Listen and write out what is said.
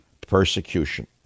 persecution